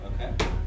Okay